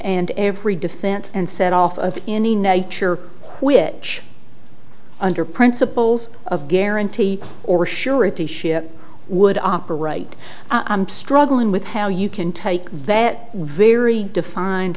and every defense and set off of any nature which under principles of guarantee or surety ship would operate i'm struggling with how you can take that very defined